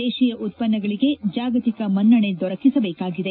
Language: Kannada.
ದೇತೀಯ ಉತ್ತನ್ನಗಳಗೆ ಜಾಗತಿಕ ಮನ್ನಣೆ ದೊರಕಿಸಬೇಕಾಗಿದೆ